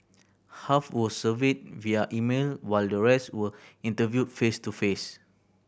half were surveyed via email while the rest were interviewed face to face